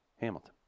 Hamilton